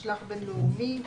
משלח בינלאומי,